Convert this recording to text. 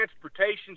transportation